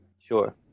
Sure